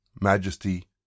majesty